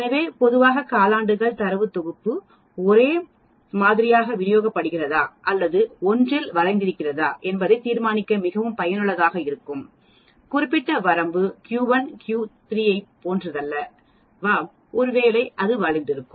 எனவே பொதுவாக காலாண்டுகள் தரவு தொகுப்பு ஒரே மாதிரியாக விநியோகிக்கப்படுகிறதா அல்லது ஒன்றில் வளைந்திருக்கிறதா என்பதை தீர்மானிக்க மிகவும் பயனுள்ளதாக இருக்கும் குறிப்பிட்ட வரம்பு Q1 Q3 ஐப் போன்றதல்லவா ஒருவேளை அது வளைந்திருக்கும்